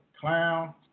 clown